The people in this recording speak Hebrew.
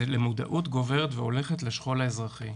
זה למודעות הולכת וגוברת לשכול האזרחי,